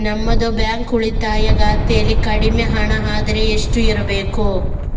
ನಮ್ಮದು ಬ್ಯಾಂಕ್ ಉಳಿತಾಯ ಖಾತೆಯಲ್ಲಿ ಕಡಿಮೆ ಹಣ ಅಂದ್ರೆ ಎಷ್ಟು ಇರಬೇಕು?